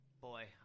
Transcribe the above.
boy